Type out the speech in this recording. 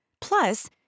Plus